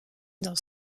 dans